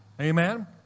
Amen